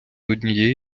однієї